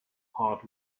hard